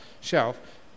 shelf